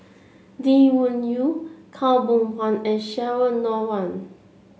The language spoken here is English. Lee Wung Yew Khaw Boon Wan and Cheryl Noronha